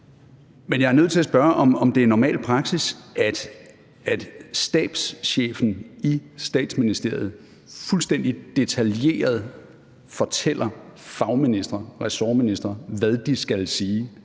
Men jeg er nødt til at spørge, om det er normal praksis, at stabschefen i Statsministeriet fuldstændig detaljeret fortæller fagministre, ressortministre, hvad de skal sige,